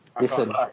Listen